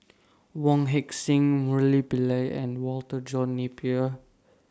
Wong Heck Sing Murali Pillai and Walter John Napier